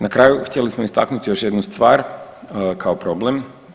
Na kraju htjeli smo istaknuti još jednu stvar kao problem.